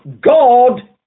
god